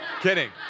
kidding